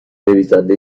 نویسنده